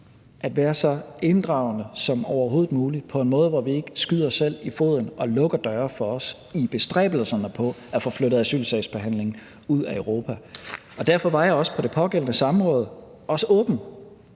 at være så inddragende som overhovedet muligt på en måde, hvor vi ikke skyder os selv i foden og lukker døre for os selv i bestræbelserne på at få flyttet asylsagsbehandlingen ud af Europa. Derfor var jeg også på det pågældende samråd åben